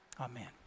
Amen